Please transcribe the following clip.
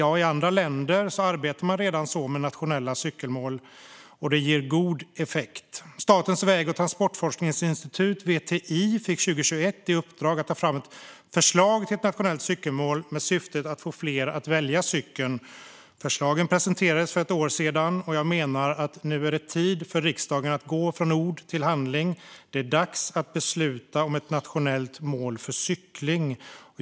I andra länder arbetar man redan med nationella cykelmål, vilket ger god effekt. Statens väg och transportforskningsinstitut, VTI, fick 2021 i uppdrag att ta fram ett förslag till nationellt cykelmål med syftet att få fler att välja cykeln. Förslagen presenterades för ett år sedan, och jag menar att det nu är tid för riksdagen att gå från ord till handling. Det är dags att besluta om ett nationellt mål för cykling.